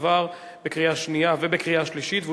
עבר בקריאה שנייה ובקריאה שלישית והוא